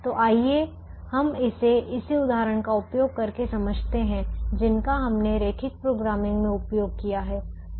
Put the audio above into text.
तो आइए हम इसे उसी उदाहरण का उपयोग करके समझते हैं जिसका हमने रैखिक प्रोग्रामिंग में उपयोग किया है